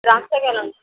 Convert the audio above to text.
ద్రాక్షా కాయలున్నాయా